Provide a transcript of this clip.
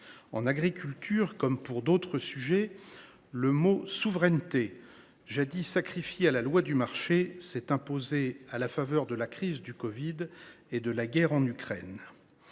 En agriculture, comme pour d’autres sujets, le mot « souveraineté », jadis sacrifié à la loi du marché, s’est imposé à la faveur de la crise du covid 19 et de la guerre en Ukraine.